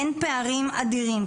אין פערים אדירים.